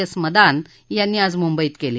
S Madan यांनी आज मुंबईत केली